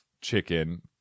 chicken